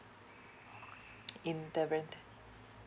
in the rent